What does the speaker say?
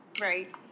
Right